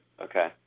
Okay